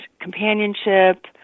companionship